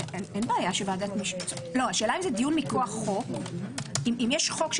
איזה סוג של